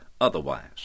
otherwise